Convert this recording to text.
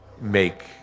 make